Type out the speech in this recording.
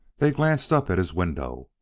they glanced up at his window.